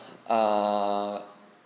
err